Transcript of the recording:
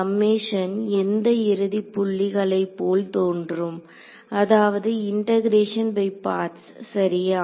summation இந்த இறுதி புள்ளிகளை போல் தோன்றும் அதாவது இண்டெகரேஷன் பை பார்ட்ஸ் சரியா